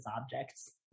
objects